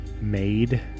made